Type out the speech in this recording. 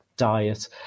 diet